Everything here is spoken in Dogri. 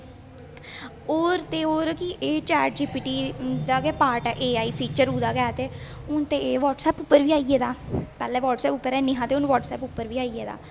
होर ते होर कि एह् चैट जी पी टी दा गै पार्ट ऐ ऐ आई फिचर ओह्दा गै है ते हून ते एह् बटसऐप उप्पर बी आई गेदा पह्लें बटसऐप उप्पर है निं हा ते हून बटसऐप उप्पर बी आई गेदा